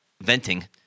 venting